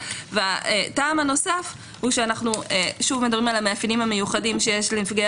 הטעם הנוסף הוא שאנחנו מדברים על המאפיינים המיוחדים שיש לנפגעי